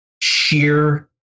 sheer